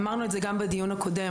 אמרנו את זה גם בדיון הקודם,